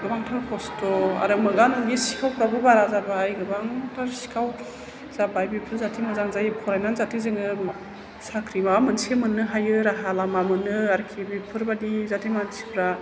गोबांथार खस्थ' आरो मोगा मोगि सिखावफ्राबो बारा जाबाय गोबांथार सिखाव जाबाय बेफोर जाहाथे मोजां जायो फरायनानै जाहाथे जोङो साख्रि माबा मोनसे मोननो हायो राहा लामा मोनो आरोखि बेफोरबादि जाहाथे मानसिफोरा